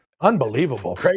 unbelievable